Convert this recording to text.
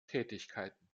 tätigkeiten